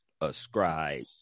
ascribe